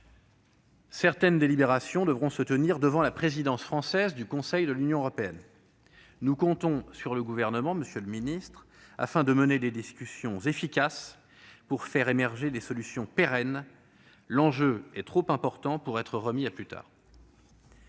Certaines délibérations devront se tenir durant la présidence française du Conseil de l'Union européenne. Nous comptons sur le Gouvernement, monsieur le secrétaire d'État, pour mener des discussions efficaces et faire émerger des solutions pérennes. L'enjeu est trop important pour être remis à plus tard.